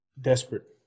desperate